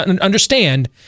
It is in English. Understand